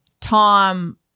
Tom